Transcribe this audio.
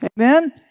amen